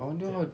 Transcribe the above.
I wonder how